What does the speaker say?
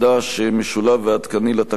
משולב ועדכני לתקנון,